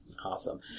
Awesome